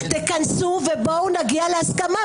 ובואו נגיע להסכמה.